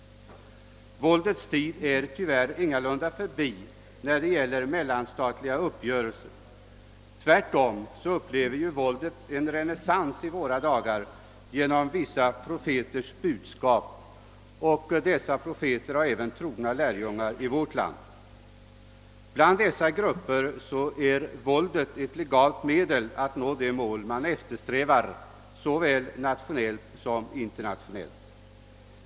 Våldets tid är tyvärr ingalunda förbi när det gäller mellanstatliga uppgörelser. Tvärtom upplever våldet i våra dagar en renässans genom vissa profeters budskap, profeter som har trogna lärjungar även i vårt land. Inom dessa grupper är våldet ett legalt medel att nå de mål man eftersträvar såväl nationellt som internationellt.